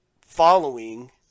following